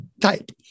type